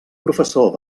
professor